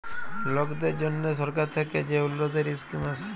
লকদের জ্যনহে সরকার থ্যাকে যে উল্ল্যতির ইসকিম আসে